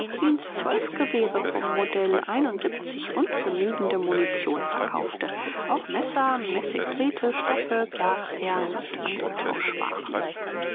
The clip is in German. zwölf gewehre vom modell und genügende munition verkaufte auch messer messingdrähte stoffe glasperlen und andre